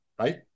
right